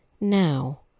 Now